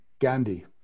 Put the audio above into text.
Gandhi